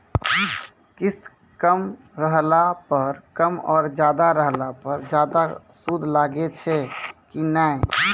किस्त कम रहला पर कम और ज्यादा रहला पर ज्यादा सूद लागै छै कि नैय?